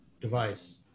Device